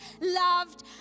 loved